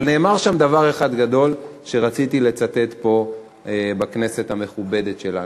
אבל נאמר שם דבר אחד גדול שרציתי לצטט פה בכנסת המכובדת שלנו.